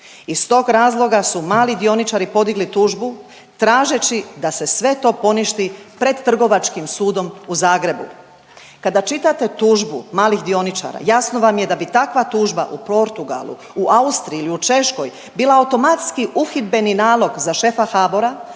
Iz tog razloga su mali dioničari podigli tužbu tražeći da se sve to poništi pred Trgovačkim sudom u Zagrebu. Kada čitate tužbu malih dioničara, jasno vam je da bi takva tužba u Portugalu, u Austriji ili u Češkoj bila automatski uhidbeni nalog za šefa HBOR-a,